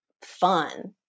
fun